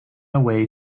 away